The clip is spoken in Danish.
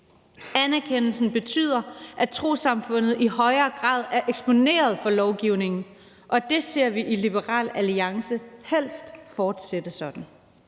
Anerkendelsen betyder, at trossamfundet i højere grad er eksponeret for lovgivningen, og det ser vi i Liberal Alliance helst fortsætte sådan.